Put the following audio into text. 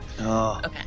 Okay